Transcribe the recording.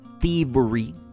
thievery